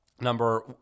number